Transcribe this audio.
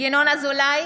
ינון אזולאי,